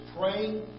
praying